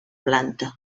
planta